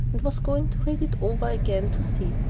and was going to read it over again to see,